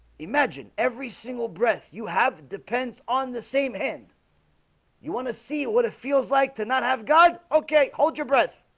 imagine every single breath you have it depends on the same hand you want to see what it feels like to not have god okay hold your breath